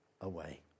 away